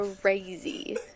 crazy